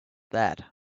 that